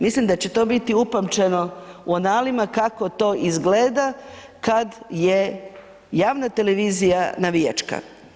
Mislim da će to biti upamćeno u analima kako to izgleda kada je javna televizija navijačka.